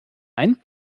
ein